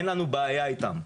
אין לנו בעיה איתם.